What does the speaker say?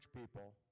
people